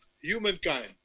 humankind